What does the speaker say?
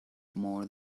more